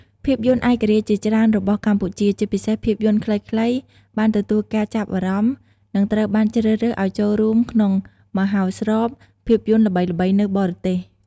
ភាពយន្តឯករាជ្យជាច្រើនរបស់កម្ពុជា ជាពិសេសភាពយន្តខ្លីៗ បានទទួលការចាប់អារម្មណ៍ និងត្រូវបានជ្រើសរើសឱ្យចូលរួមក្នុងមហោស្រពភាពយន្តល្បីៗនៅបរទេស។